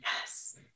Yes